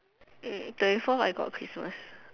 mm twenty four I got Christmas